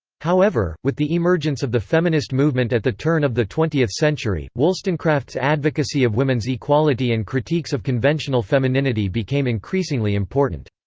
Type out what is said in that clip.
however, with the emergence of the feminist movement at the turn of the twentieth century, wollstonecraft's advocacy of women's equality and critiques of conventional femininity became increasingly important.